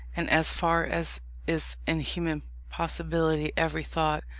and as far as is in human possibility, every thought,